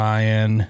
Ryan